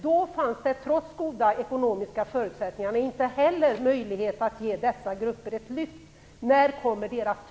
Då fanns det trots goda ekonomiska förutsättningar inte heller möjlighet att ge dessa grupper ett lyft. När kommer deras tur?